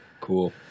Cool